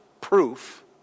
proof